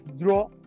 draw